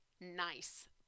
nice